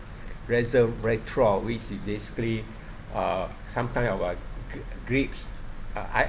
resveratrol is basically uh sometime our grapes I